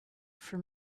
for